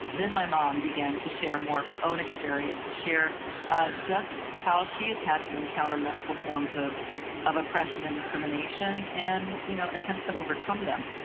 then my mom began to share more of her own experiences, share ah just how she has had to encounter multiple forms of of oppression and discrimination and you know attempt to overcome them.